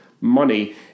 money